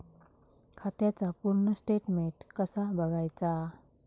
खात्याचा पूर्ण स्टेटमेट कसा बगायचा?